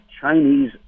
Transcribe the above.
Chinese